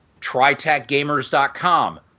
TritacGamers.com